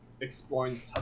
exploring